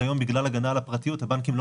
כיום בגלל הגנה על הפרטיות הבנקים לא